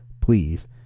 please